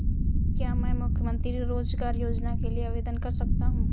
क्या मैं मुख्यमंत्री रोज़गार योजना के लिए आवेदन कर सकता हूँ?